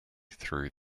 through